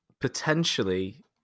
potentially